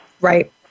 Right